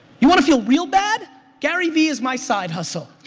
you want to feel real bad garyvee is my side hustle.